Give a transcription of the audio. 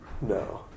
No